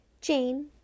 Jane